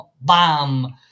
Bam